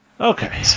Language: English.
Okay